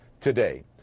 today